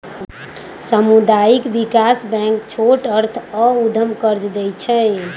सामुदायिक विकास बैंक छोट अर्थ आऽ उद्यम कर्जा दइ छइ